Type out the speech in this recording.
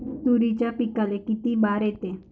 तुरीच्या पिकाले किती बार येते?